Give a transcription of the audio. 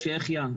צ'כיה,